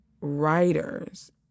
writers